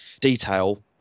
detail